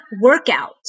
workout